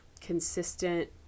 consistent